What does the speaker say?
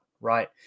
Right